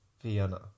Vienna